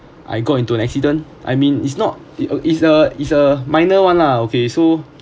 I got into an accident I mean it's not it uh it's a it's a minor one lah okay so